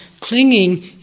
clinging